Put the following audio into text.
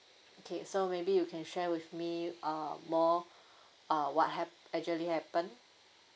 okay so maybe you can share with me uh more uh what hap~ actually happened